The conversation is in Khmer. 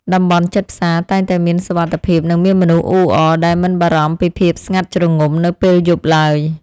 តំបន់ជិតផ្សារតែងតែមានសុវត្ថិភាពនិងមានមនុស្សអ៊ូអរដែលមិនបារម្ភពីភាពស្ងាត់ជ្រងំនៅពេលយប់ឡើយ។